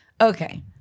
okay